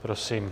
Prosím.